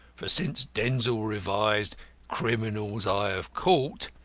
for since denzil revised criminals i have caught,